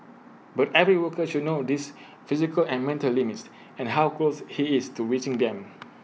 but every worker should know his physical and mental limiest and how close he is to reaching them